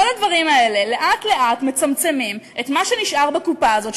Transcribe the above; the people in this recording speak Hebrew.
כל הדברים האלה לאט-לאט מצמצמים את מה שנשאר בקופה הזאת,